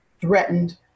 threatened